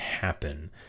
happen